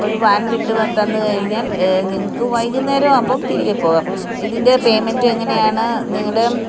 ഒരു വാൻ വിട്ട് വ തന്നുകഴിഞ്ഞാൽ നിങ്ങൾക്ക് വൈകുന്നേരം ആവുമ്പം തിരികെ പോകാം ഇതിൻ്റെ പേയ്മെൻറ്റ് എങ്ങനെയാണ് നിങ്ങളുടെ